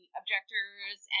objectors